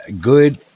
good